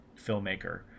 filmmaker